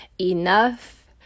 Enough